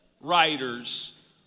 writers